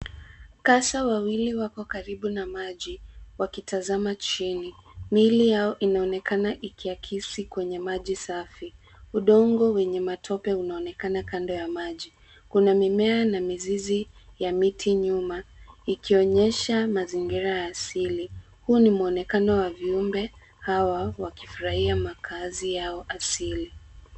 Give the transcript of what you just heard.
Kasa wawili wako karibu na maji wakitazama chini, miili yao inaonekana ikiakisi kwenye maji safi. Udongo wenye matope unaonekana kuna mimea na mizizi ya miti nyuma ikionyesha mazingira ya asili. Huu ni muonekano wa viumbe hawa wakifurahia makazi yao asili.